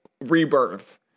rebirth